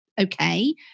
okay